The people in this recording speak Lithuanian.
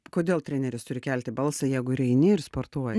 kodėl treneris turi kelti balsą jeigu ir eini ir sportuoji